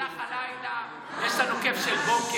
הלך הלילה, יש לנו כיף של בוקר,